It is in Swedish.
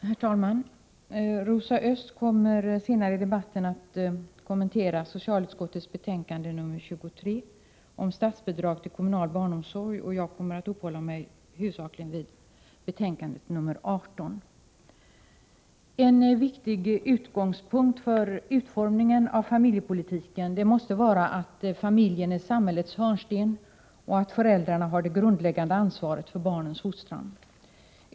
Herr talman! Rosa Östh kommer senare i debatten att kommentera socialutskottets betänkande nr 23 om statsbidrag till kommunal barnomsorg. Jag kommer att huvudsakligen uppehålla mig vid betänkande nr 18. En viktig utgångspunkt för utformningen av familjepolitiken måste vara att familjen är samhällets hörnsten och att föräldrarna har det grundläggande ansvaret för barnens fostran.